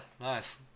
nice